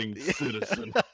citizen